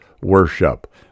worship